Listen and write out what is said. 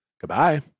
Goodbye